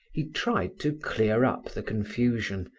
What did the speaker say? he tried to clear up the confusion,